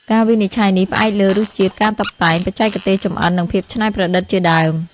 ការវិនិច្ឆ័យនេះផ្អែកលើ រសជាតិ ការតុបតែង បច្ចេកទេសចម្អិននិងភាពច្នៃប្រឌិតជាដើម។